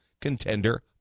contender